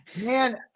man